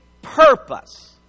purpose